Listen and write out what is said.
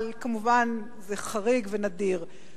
אבל, כמובן, זה חריג ונדיר.